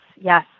Yes